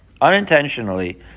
unintentionally